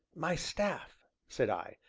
my staff, said i,